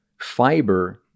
fiber